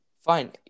fine